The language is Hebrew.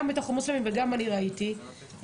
גם בתוך המוסלמים וגם אני ראיתי ניסיונות